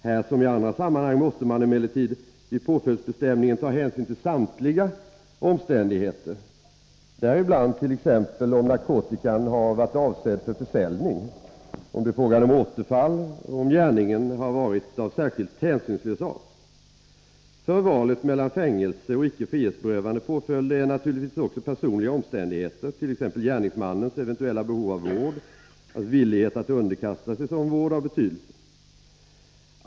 Här som i andra sammanhang måste man emellertid vid påföljdsbestämningen ta hänsyn till samtliga omständigheter, däribland t.ex. om narkotikan har varit avsedd för försäljning, om det är fråga om återfall och om gärningen har varit av särskilt hänsynslös art. För valet mellan fängelse och icke frihetsberövande påföljder är naturligtvis också personliga omständigheter, t.ex. gärningsmannens eventuella behov av vård och hans villighet att underkasta sig sådan vård, av betydelse.